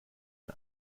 von